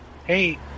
Hey